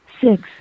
six